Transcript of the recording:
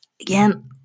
again